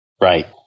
Right